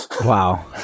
Wow